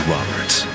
Roberts